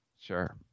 Sure